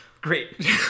Great